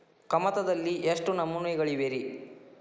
ಕಮತದಲ್ಲಿ ಎಷ್ಟು ನಮೂನೆಗಳಿವೆ ರಿ?